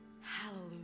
Hallelujah